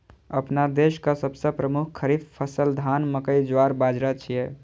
अपना देशक सबसं प्रमुख खरीफ फसल धान, मकई, ज्वार, बाजारा छियै